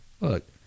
look